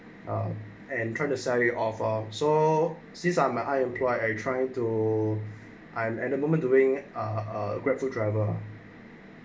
ah and try to sorry of uh so since I am I apply I trying to I am at the moment doing uh a grab food driver